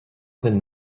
than